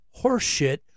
horseshit